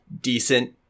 decent